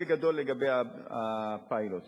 בגדול לגבי הפיילוט.